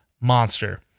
monster